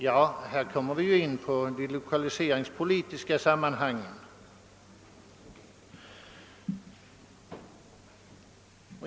Ja, här kommer vi in på de lokaliseringspolitiska sammanhangen.